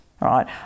right